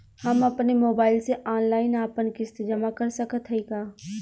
हम अपने मोबाइल से ऑनलाइन आपन किस्त जमा कर सकत हई का?